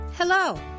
Hello